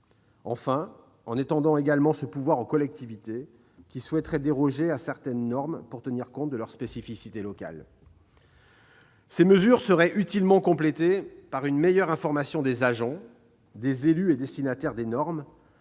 enfin, en étendant également ce pouvoir aux collectivités qui souhaiteraient déroger à certaines normes pour tenir compte de leurs spécificités locales. Ces mesures seraient utilement complétées par une meilleure information des agents, élus et destinataires des normes,